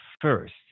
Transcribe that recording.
first